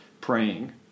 praying